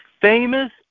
famous